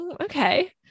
okay